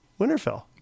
Winterfell